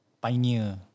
pioneer